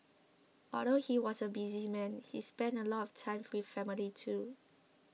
although he was a busy man he spent a lot of time with family too